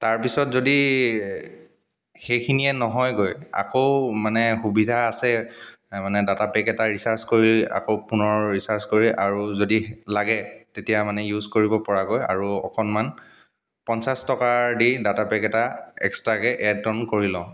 তাৰপিছত যদি সেইখিনিয়ে নহয়গৈ আকৌ মানে সুবিধা আছে মানে ডাটা পেক এটা ৰিচাৰ্জ কৰি আকৌ পুনৰ ৰিচাৰ্জ কৰি আৰু যদি লাগে তেতিয়া মানে ইউজ কৰিব পৰাকৈ আৰু অকণমান পঞ্চাছ টকা দি ডাটা পেক এটা এক্সট্ৰাকৈ এড অন কৰি লওঁ